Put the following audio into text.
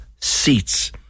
seats